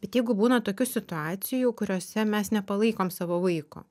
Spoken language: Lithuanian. kad jeigu būna tokių situacijų kuriose mes nepalaikom savo vaiko